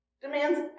demands